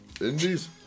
Indies